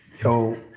yo,